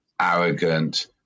arrogant